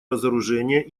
разоружения